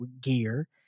gear